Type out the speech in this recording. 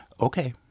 Okay